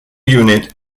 unit